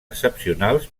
excepcionals